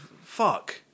Fuck